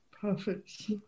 Perfect